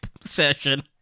session